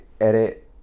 Edit